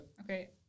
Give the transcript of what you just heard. Okay